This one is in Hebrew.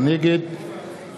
נגד